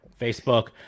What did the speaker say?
Facebook